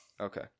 Okay